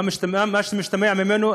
מה שמשתמע ממנו,